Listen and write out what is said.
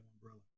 umbrella